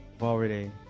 already